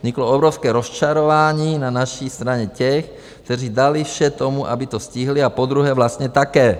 Vzniklo obrovské rozčarování na naší straně těch, kteří dali vše tomu, aby to stihli, a podruhé vlastně také.